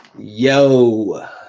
Yo